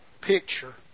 picture